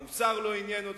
המוסר לא עניין אתכם,